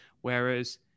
whereas